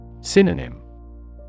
Synonym